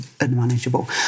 unmanageable